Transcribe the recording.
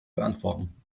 beantworten